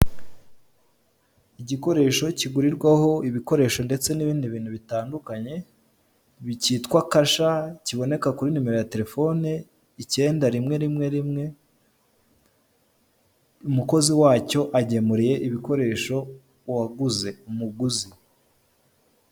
Igikoresho kigurirwaho ibikoresho ndetse n'ibndi bintu bitandukanye kitwa Kasha kiboneka kuri nimero ya terefone icyenda rimwe, rimwe, rimwe umukozi wacyo agemuriye ibikoresho uwaguze umuguzi.